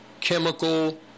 chemical